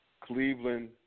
Cleveland